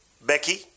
Becky